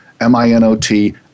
m-i-n-o-t